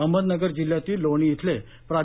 अहमदनगर जिल्ह्यातील लोणी इथले प्रा